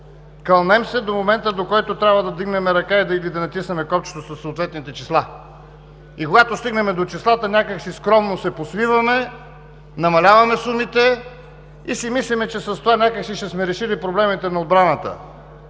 Кълнем се до момента, до който трябва да вдигнем ръка или да натиснем копчето със съответните числа. И когато стигнем до числата, някак си скромно се посвиваме, намаляваме сумите и си мислим, че с това ще сме решили проблемите на отбраната.